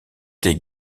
été